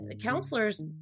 counselors